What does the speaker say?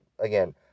again